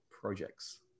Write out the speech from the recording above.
projects